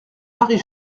marie